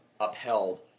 upheld